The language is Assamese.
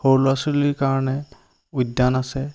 সৰু ল'ৰা ছোৱালীৰ কাৰণে উদ্যান আছে